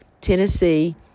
Tennessee